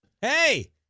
hey